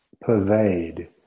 pervade